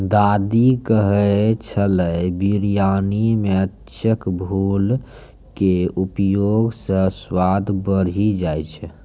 दादी कहै छेलै बिरयानी मॅ चक्रफूल के उपयोग स स्वाद बढ़ी जाय छै